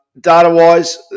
Data-wise